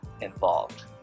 involved